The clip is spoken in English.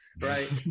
right